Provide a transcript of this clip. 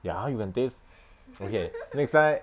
ya you can taste okay next time